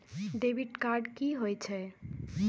Debit card की होय छे?